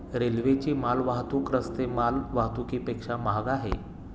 रेल्वेची माल वाहतूक रस्ते माल वाहतुकीपेक्षा महाग आहे